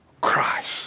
Christ